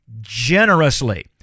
generously